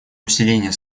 усиление